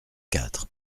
quatre